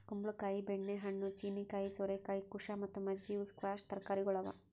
ಕುಂಬಳ ಕಾಯಿ, ಬೆಣ್ಣೆ ಹಣ್ಣು, ಚೀನೀಕಾಯಿ, ಸೋರೆಕಾಯಿ, ಕುಶಾ ಮತ್ತ ಮಜ್ಜಿ ಇವು ಸ್ಕ್ವ್ಯಾಷ್ ತರಕಾರಿಗೊಳ್ ಅವಾ